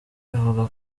ivuga